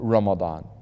Ramadan